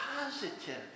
positive